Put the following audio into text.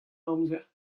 amzer